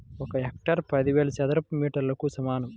ఒక హెక్టారు పదివేల చదరపు మీటర్లకు సమానం